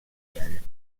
mondiale